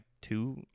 two